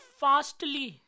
fastly